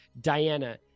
Diana